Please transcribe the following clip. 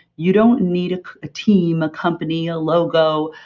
you don't need a team, a company a logo,